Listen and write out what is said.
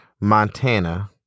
Montana